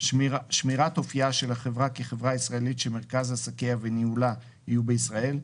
שמירת אופייה של החברה כחברה ישראלית שמרכז עסקיה וניהולה יהיו בישראל,